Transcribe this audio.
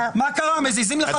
מה קרה, מזיזים לך את הגבינה.